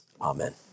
Amen